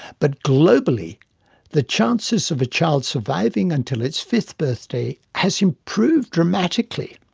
but globally the chances of a child surviving until its fifth birthday has improved dramatically.